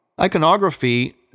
Iconography